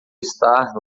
estar